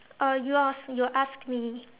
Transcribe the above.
oh you ask you ask me